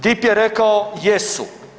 DIP je rekao jesu.